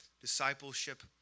discipleship